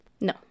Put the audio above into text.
No